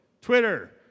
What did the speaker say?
Twitter